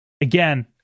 again